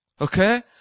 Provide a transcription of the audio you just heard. Okay